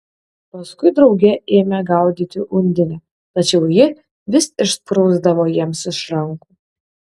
paskui drauge ėmė gaudyti undinę tačiau ji vis išsprūsdavo jiems iš rankų